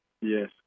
Yes